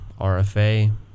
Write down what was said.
RFA